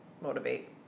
motivate